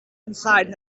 inside